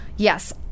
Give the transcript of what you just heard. Yes